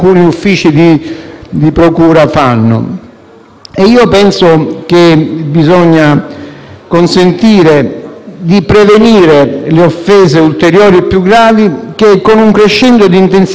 fanno. Bisogna consentire di prevenire le offese ulteriori più gravi che, con un crescendo di intensità, spesso culminano nell'omicidio;